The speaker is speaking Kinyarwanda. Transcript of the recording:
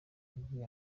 yagiye